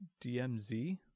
DMZ